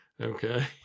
Okay